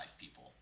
people